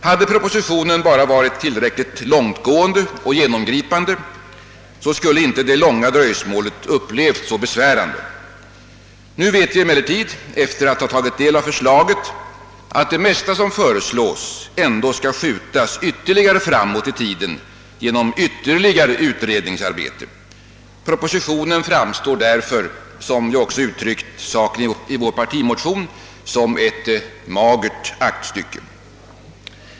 Hade propositionen bara varit tillräckligt långtgående och genomgripande skulle inte det långa dröjsmålet ha upplevts så besvärande. Nu vet vi emellertid — efter att ha tagit del av förslaget — att det mesta som föreslås skall ytterligare skjutas framåt i tiden genom mera - utredningsarbete. Propositionen framstår därför som ett magert aktstycke, såsom vi även i vår partimotion har gett uttryck för.